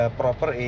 proper